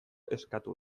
eskatu